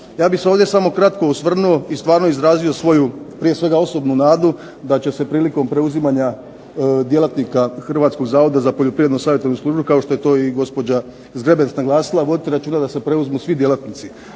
Ja bih se ovdje samo kratko osvrnuo i izrazio svoju osobnu nadu da će se prilikom preuzimanja djelatnika Hrvatskog zavoda za poljoprivrednu savjetodavnu službu kao što je to i gospođa Zgrebec naglasiti voditi računa da se preuzmu svi djelatnici.